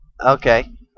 Okay